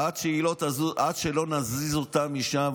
עד שלא נזיז אותה משם,